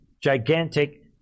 gigantic